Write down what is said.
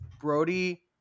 Brody